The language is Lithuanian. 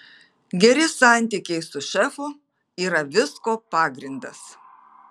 geri santykiai su šefu yra visko pagrindas